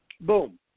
boom